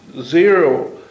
zero